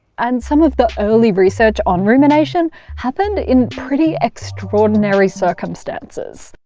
and some of the early research on rumination happened in pretty extraordinary circumstances.